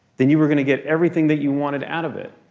then you were gonna get everything that you wanted out of it.